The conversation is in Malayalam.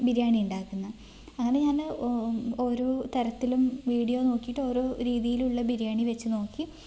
ബിരിയാണി ഉണ്ടാക്കുന്നത് അങ്ങനെ ഞാൻ ഓരോ തരത്തിലും വീഡിയോ നോക്കീട്ട് ഓരോ രീതിയിലുള്ള ബിരിയാണി വെച്ച് നോക്കി